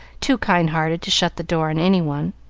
too kind-hearted to shut the door on any one.